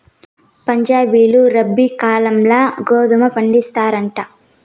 పంజాబీలు రబీ కాలంల గోధుమ పండిస్తారంట